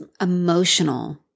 emotional